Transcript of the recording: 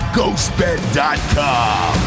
Ghostbed.com